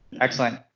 Excellent